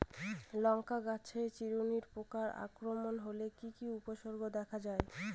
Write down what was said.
লঙ্কা গাছের চিরুনি পোকার আক্রমণ হলে কি কি উপসর্গ দেখা যায়?